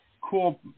cool